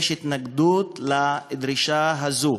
יש התנגדות לדרישה הזו.